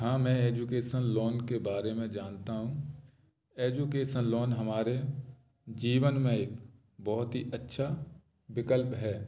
हाँ मैं education loan के बारे में जानता हूँ एजुकेशन लोन हमारे जीवन में बहुत ही अच्छा विकल्प है